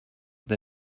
the